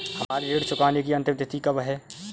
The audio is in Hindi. हमारी ऋण चुकाने की अंतिम तिथि कब है?